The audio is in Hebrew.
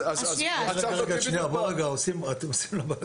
יש נקודה אחת שצריך להבהיר.